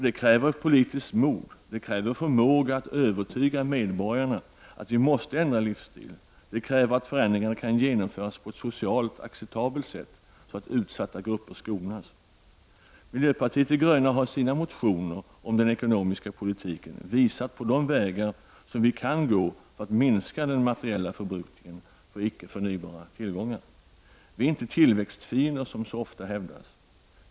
Det kräver nämligen politiskt mod, det kräver förmåga att övertyga medborgarna om att vi måste ändra livsstil, och det kräver att förändringarna kan genomföras på ett socialt acceptabelt sätt så att utsatta grupper skonas. Miljöpartiet de gröna har i sina motioner om den ekonomiska politiken visat på de vägar som vi kan gå för att minska den materiella förbrukningen för icke förnybara tillgångar. Vi är inte tillväxtfiender, som så ofta hävdas.